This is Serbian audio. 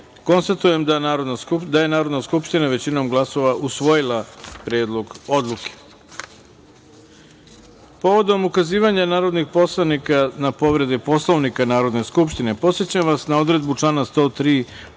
poslanika. Konstatujem da je Narodna skupština, većinom glasova, usvojila Predlog odluke. Povodom ukazivanja narodnih poslanika na povrede Poslovnika Narodne skupštine, podsećam vas na odredbu člana 103.